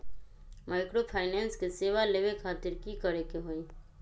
Microfinance के सेवा लेबे खातीर की करे के होई?